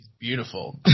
Beautiful